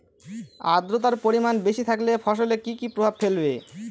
আদ্রর্তার পরিমান বেশি থাকলে ফসলে কি কি প্রভাব ফেলবে?